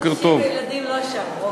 נשים וילדים לא שם.